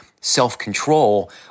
self-control